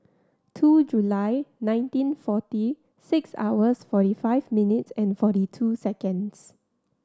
two July nineteen forty six hours forty five minutes and forty two seconds